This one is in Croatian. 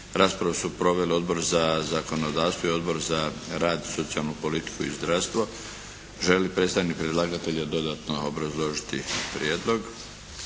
Raspravu su proveli Odbor za zakonodavstvo i Odbor za rad, socijalnu politiku i zdravstvo. Želi li predstavnik predlagatelja dodatno obrazložiti prijedlog?